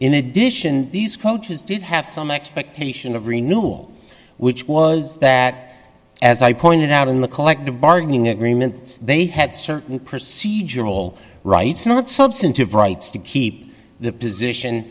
in addition these coaches did have some expectation of renewable which was that as i pointed out in the collective bargaining agreements they had certain procedural rights not substantive rights to keep the position